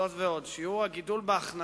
זאת ועוד, שיעור הגידול בהכנסה